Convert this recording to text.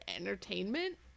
Entertainment